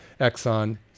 Exxon